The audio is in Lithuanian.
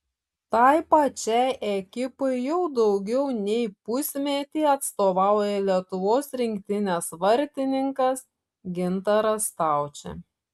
tai pačiai ekipai jau daugiau nei pusmetį atstovauja lietuvos rinktinės vartininkas gintaras staučė